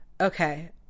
Okay